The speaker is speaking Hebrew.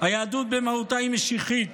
היהדות במהותה היא משיחית,